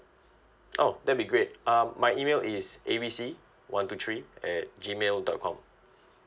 oh that'll be great um my email is A B C one two three at G mail dot com